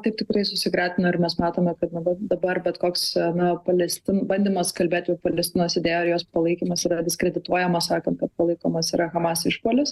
taip tikrai susigretino ir mes matome kad dabar dabar bet koks na palestin bandymas kalbėt jau palestinos idėja ir jos palaikymas yra diskredituojamas sakant kad palaikomas yra hamas išpuolis